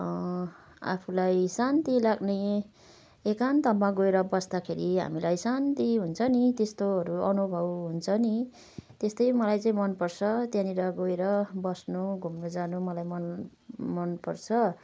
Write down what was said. आफुलाई शान्ति लाग्ने एकान्तमा गएर बस्दाखेरि हामीलाई शान्ति हुन्छ नि त्यस्तोहरू अनुभव हुन्छ नि त्यसतै मलाई चाहिँ मनपर्छ त्यहाँनिर गएर बस्न घुम्न जानु मलाई मन मन पर्छ